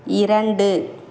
இரண்டு